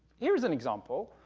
here's an example.